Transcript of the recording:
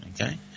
okay